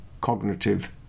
cognitive